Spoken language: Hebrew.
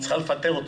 את צריכה לפטר אותו.